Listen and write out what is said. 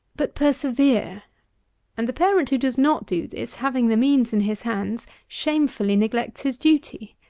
but persevere and the parent who does not do this, having the means in his hands, shamefully neglects his duty.